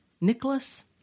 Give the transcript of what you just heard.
Nicholas